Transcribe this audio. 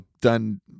done